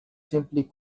simply